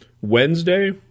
Wednesday